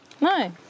No